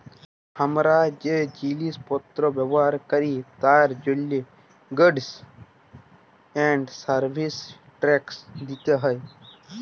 হামরা যে জিলিস পত্র ব্যবহার ক্যরি তার জন্হে গুডস এন্ড সার্ভিস ট্যাক্স দিতে হ্যয়